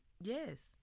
Yes